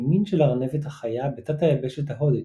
מין של ארנבת החיה בתת-היבשת ההודית